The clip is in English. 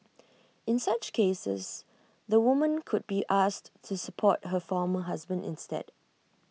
in such cases the woman could be asked to support her former husband instead